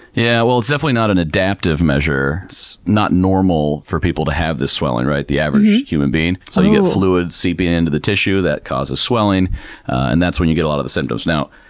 yeah, well it's definitely not an adaptive measure. it's not normal for people to have this swelling, right, the average human being? so, you get fluid seeping to and the tissue that causes swelling and that's when you get a lot of the symptoms. now,